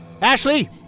Ashley